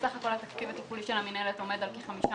בסך הכול התקציב התפעולי של המינהלת עומד על כחמישה